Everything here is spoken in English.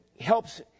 helps